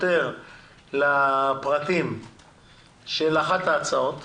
לפרטים של אחת ההצעות,